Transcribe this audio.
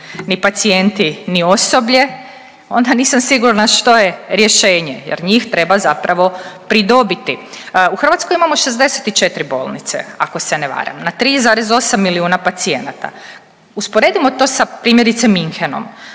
ni pacijenti ni osoblje onda nisam sigurna što je rješenje, jer njih treba zapravo pridobiti. U Hrvatskoj imamo 64 bolnice ako se ne varam na 3,8 milijuna pacijenata. Usporedimo to sa primjerice Münchenom.